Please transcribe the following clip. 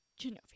genovia